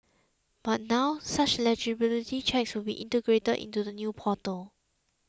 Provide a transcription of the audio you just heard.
but now such eligibility checks would be integrated into the new portal